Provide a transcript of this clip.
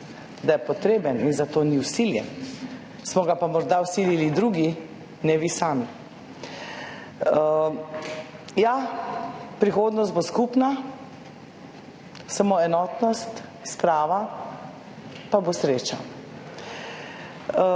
da je potreben in zato ni vsiljen. Smo ga pa morda vsilili drugi, ne vi sami. Ja, prihodnost bo skupna, samo enotnost, sprava pa bo sreča.